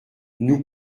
nous